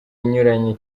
inyuranye